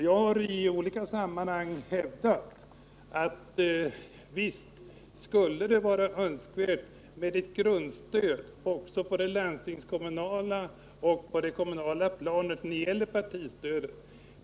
Jag har i olika sammanhang hävdat att det visserligen skulle vara önskvärt med ett grundstöd också på det landstingskommunala och kommunala planet när det gäller partistödet.